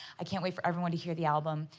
i can't wait for everyone to hear the album.